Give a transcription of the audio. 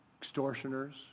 extortioners